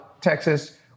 Texas